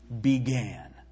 began